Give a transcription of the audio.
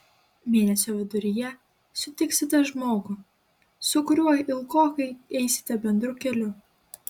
mėnesio viduryje sutiksite žmogų su kuriuo ilgokai eisite bendru keliu